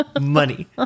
money